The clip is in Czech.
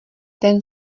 ten